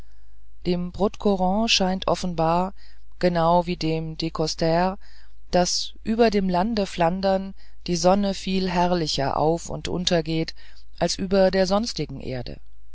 dem broodcoorens scheint offenbar genau wie dem de coster daß über dem lande flandern die sonne viel herrlicher auf und untergeht als über der sonstigen erde